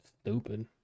stupid